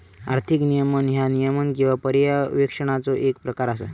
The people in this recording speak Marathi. आर्थिक नियमन ह्या नियमन किंवा पर्यवेक्षणाचो येक प्रकार असा